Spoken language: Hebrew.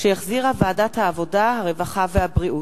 שהחזירה ועדת העבודה, הרווחה והבריאות.